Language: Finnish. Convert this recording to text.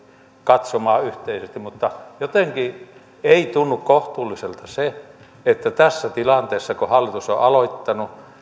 katsomaan yhteisesti jotenkin ei tunnu kohtuulliselta se että tässä tilanteessa kun hallitus on aloittanut